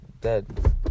dead